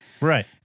Right